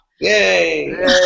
Yay